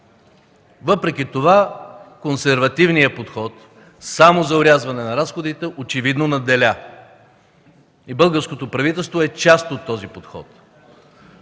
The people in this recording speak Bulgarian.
Въпреки това консервативният подход само за орязване на разходите очевидно надделя и българското правителство е част от този подход.